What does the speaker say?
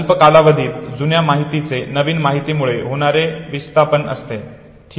अल्पकालावधीत जुन्या माहितीचे नवीन माहितीमुळे होणारे विस्थापन असते ठीक आहे